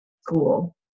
school